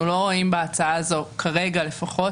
אנחנו לא רואים בהצעה הזאת, כרגע לפחות,